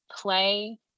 play